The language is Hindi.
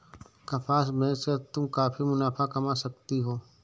कपास बेच कर तुम काफी मुनाफा कमा सकती हो